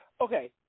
Okay